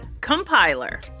Compiler